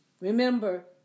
Remember